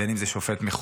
בין אם זה שופט מחוזי,